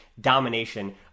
domination